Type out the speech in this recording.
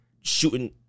shooting